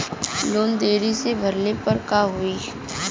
Loan देरी से भरले पर का होई?